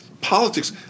Politics